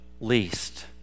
least